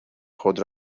خود